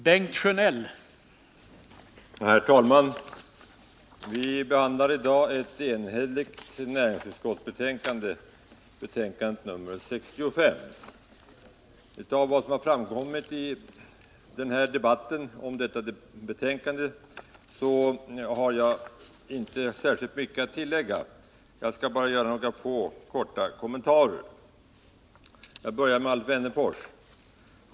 Herr talman! Vi behandlar i dag betänkande nr 65 från näringsutskottet. Eftér vad som framkommit i debatten om detta betänkande har jag inte särskilt mycket att tillägga. Jag skall bara göra några få korta kommentarer, och jag börjar med Alf Wennerfors inlägg.